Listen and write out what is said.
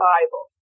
Bible